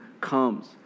comes